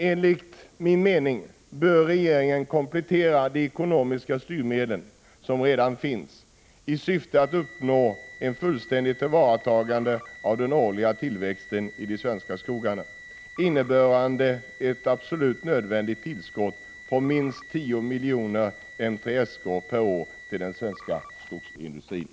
Enligt min mening bör regeringen komplettera de ekonomiska styrmedel som redan finns, i syfte att uppnå ett fullständigt tillvaratagande av den årliga tillväxten i de svenska skogarna, innebärande ett absolut nödvändigt tillskott på minst tio miljoner m?sk per år till den svenska skogsindustrin.